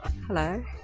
Hello